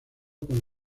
con